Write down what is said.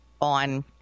on